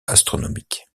astronomique